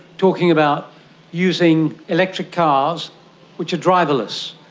talking about using electric cars which are driverless,